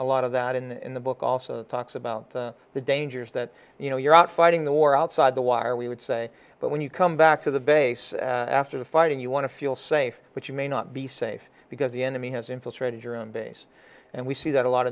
a lot of that in the book also talks about the dangers that you know you're out fighting the war outside the wire we would say but when you come back to the base after the fighting you want to feel safe but you may not be safe because the enemy has infiltrated your own base and we see that a lot